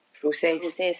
process